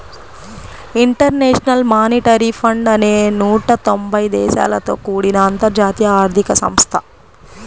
international Monetary Fund అనేది నూట తొంబై దేశాలతో కూడిన అంతర్జాతీయ ఆర్థిక సంస్థ